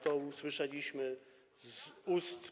To usłyszeliśmy z ust.